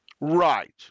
Right